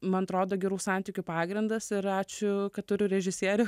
man atrodo gerų santykių pagrindas ir ačiū kad turiu režisierių